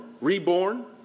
reborn